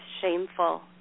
shameful